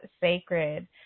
sacred